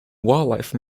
wildlife